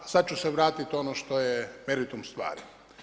Sada ću se vratiti ono što je meritum stvari.